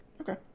Okay